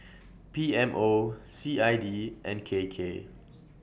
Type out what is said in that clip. P M O C I D and K K